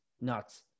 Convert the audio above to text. Nuts